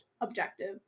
objective